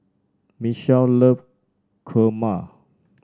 Mitchell love kurma